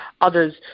others